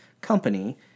company